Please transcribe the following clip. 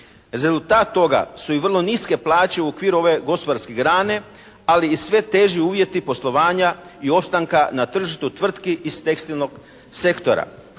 Rezultat toga su i vrlo niske plaće u okviru ove gospodarske grane ali i sve teži uvjeti poslovanja i opstanka na tržištu tvrtki iz tekstilnog sektora.